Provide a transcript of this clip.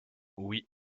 oui